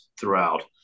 throughout